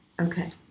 Okay